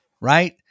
Right